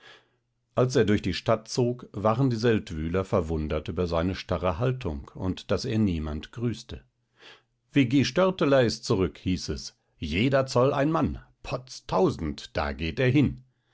als er durch die stadt zog waren die seldwyler verwundert über seine starre haltung und daß er niemand grüßte viggi störteler ist zurück hieß es jeder zoll ein mann potztausend da geht er hin